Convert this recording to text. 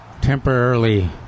temporarily